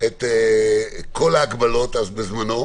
את כל ההגבלות אז בזמנו.